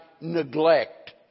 neglect